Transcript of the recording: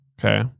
Okay